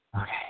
Okay